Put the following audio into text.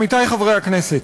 עמיתי חברי הכנסת,